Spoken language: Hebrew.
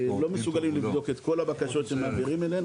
לא מסוגלים לבדוק את כל הבקשות שמעבירים אלינו